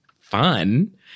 fun